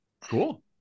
Cool